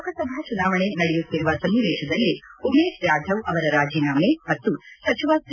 ಲೋಕಸಭಾ ಚುನಾವಣೆ ನಡೆಯುತ್ತಿರುವ ಸನ್ನಿವೇತದಲ್ಲೇ ಉಮೇತ್ ಜಾಧವ್ ಅವರ ರಾಜೀನಾಮೆ ಮತ್ತು ಸಚಿವ ಸಿ